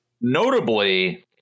notably